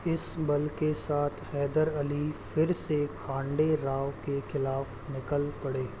इस बल के साथ हैदर अली फिर से खांडे राव के खिलाफ़ निकल पड़े